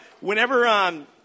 whenever